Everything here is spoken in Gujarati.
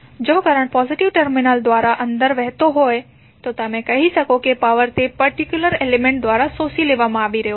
જો કરંટ પોઝિટિવ ટર્મિનલ દ્વારા અંદર વહેતો હોય તો તમે કહો છો કે પાવર તે પર્ટિક્યુલર એલિમેન્ટ દ્વારા શોષી લેવામાં આવી રહ્યો છે